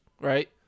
right